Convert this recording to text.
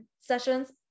sessions